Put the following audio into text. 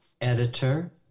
editor